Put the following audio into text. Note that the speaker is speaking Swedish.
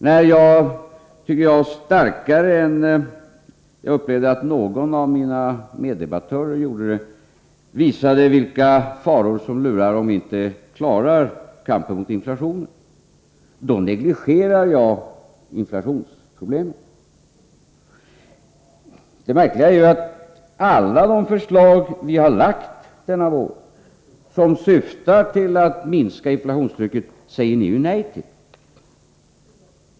När jag, starkare än jag upplevde att någon av mina meddebattörer gjorde det, visar vilka faror som lurar om vi inte klarar kampen mot inflationen, då säger man att jag negligerar inflationsproblemet. Det märkliga är att ni säger nej till alla de förslag, syftande till att minska inflationstrycket, som vi lagt fram denna vår.